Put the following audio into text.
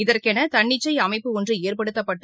இதற்கெனதன்னிச்சைஅமைப்பு ஒன்றுஏற்படுத்தப்பட்டு